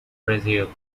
brazil